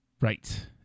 Right